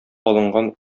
алынган